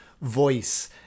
voice